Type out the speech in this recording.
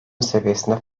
seviyesinde